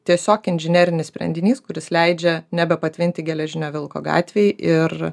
tiesiog inžinerinis sprendinys kuris leidžia nebepatvinti geležinio vilko gatvei ir